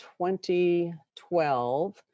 2012